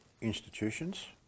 institutions